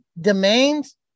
domains